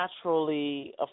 naturally